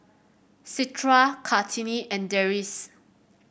Citra Kartini and Deris